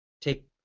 take